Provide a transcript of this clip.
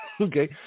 okay